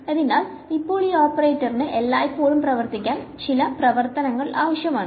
അതിനാൽ ഇപ്പോൾ ഈ ഓപ്പറേറ്ററിന് എല്ലായ്പ്പോഴും പ്രവർത്തിക്കാൻ ചില പ്രവർത്തനങ്ങൾ ആവശ്യമാണ്